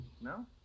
No